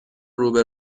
روبه